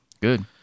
Good